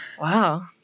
wow